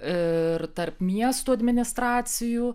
ir tarp miestų administracijų